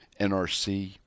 NRC